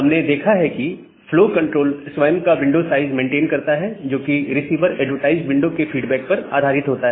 हमने देखा है कि फ्लो कंट्रोल स्वयं का विंडो साइज मेंटेन करता है जो कि रिसीवर एडवर्टाइज विंडो के फीडबैक पर आधारित होता है